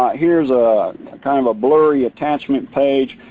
um here's ah kind of a blurry attachment page.